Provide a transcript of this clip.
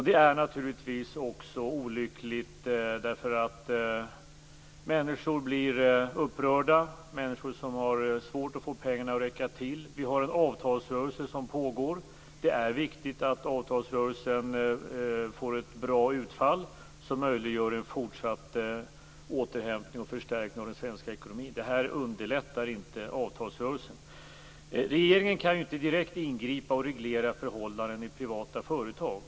Det är naturligtvis också olyckligt eftersom människor blir upprörda. Det är människor som har svårt att få pengarna att räcka till. Vi har en avtalsrörelse som pågår. Det är viktigt att avtalsrörelsen får ett bra utfall som möjliggör en fortsatt återhämtning och förstärkning av den svenska ekonomin. Detta underlättar inte avtalsrörelsen. Regeringen kan inte direkt ingripa och reglera förhållanden i privata företag.